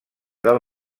del